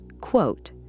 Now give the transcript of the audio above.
quote